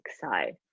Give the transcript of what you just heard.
side